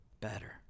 better